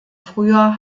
früher